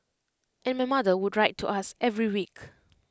and my mother would write to us every week